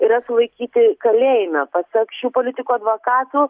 yra sulaikyti kalėjime pasak šių politikų advokatų